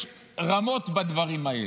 יש רמות בדברים האלה.